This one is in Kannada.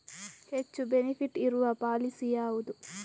ಹೆಚ್ಚು ಬೆನಿಫಿಟ್ ಇರುವ ಪಾಲಿಸಿ ಯಾವುದು?